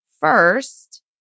first